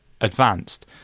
advanced